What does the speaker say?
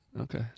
Okay